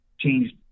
changed